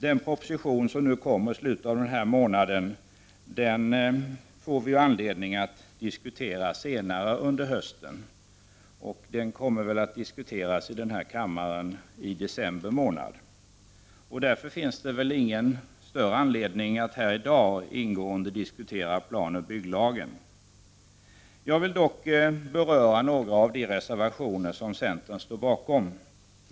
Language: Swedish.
Den proposition som kommer i slutet av denna månad får vi anledning att diskutera senare under hösten. Den kommer väl att diskuteras här i kammaren i december. Därför finns det ingen större anledning att här i dag ingående diskutera planoch bygglagen. Jag vill dock beröra några av de reservationer som centern står bakom.